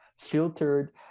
filtered